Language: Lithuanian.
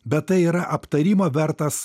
bet tai yra aptarimo vertas